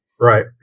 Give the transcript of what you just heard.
Right